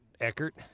Eckert